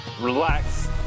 relax